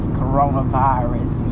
coronavirus